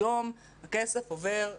היום הכסף עובר ככה,